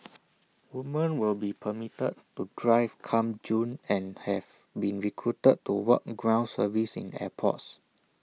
woman will be permitted to drive come June and have been recruited to work ground service in airports